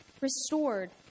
restored